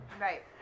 Right